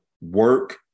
work